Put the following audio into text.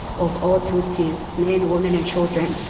of all tsotsis men, women, and children.